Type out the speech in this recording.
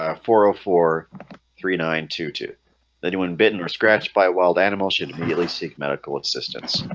ah four oh four three nine two two anyone bitten or scratched by wild animals should really seek medical assistance.